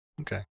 Okay